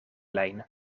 lijn